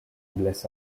bless